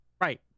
Right